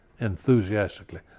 enthusiastically